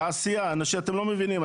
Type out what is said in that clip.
אתם לא מבינים.